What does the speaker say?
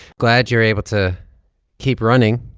glad you're able to keep running,